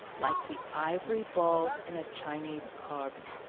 like the ivory balls in a chinese carving.